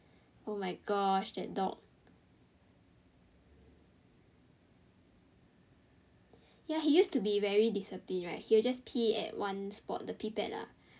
oh my gosh that dog ya he used to be very disciplined right he will just pee at one spot the pee pad ah